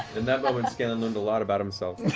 in that moment, scanlan learned a lot about himself.